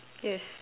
yes